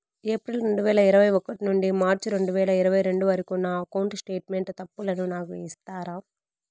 April రెండు వేల ఇరవై ఒకటి నుండి మార్చ్ రెండు వేల ఇరవై రెండు వరకు నా అకౌంట్ స్టేట్మెంట్ తప్పులను నాకు ఇస్తారా?